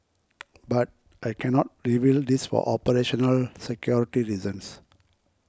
but I cannot reveal this for operational security reasons